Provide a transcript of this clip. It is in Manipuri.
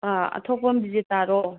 ꯑꯥ ꯑꯊꯣꯛꯄꯝ ꯕꯤꯖꯦꯇꯥꯔꯣ